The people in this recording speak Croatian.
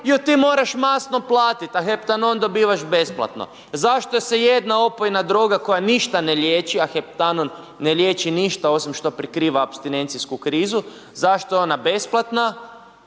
ju ti moraš masno platiti, a Heptanon dobivaš besplatno, zašto se jedna opojna droga koja ništa ne liječi, a Heptanon ne liječi ništa osim što prikriva apstinencijsku krizu, zašto je ona besplatna,